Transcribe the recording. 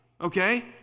Okay